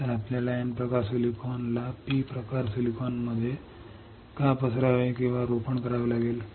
तर आपल्याला एन प्रकार सिलिकॉनला पी प्रकार सिलिकॉनमध्ये का पसरवावे किंवा रोपण करावे लागेल